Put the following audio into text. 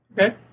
Okay